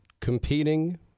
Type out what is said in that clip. competing